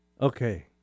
Okay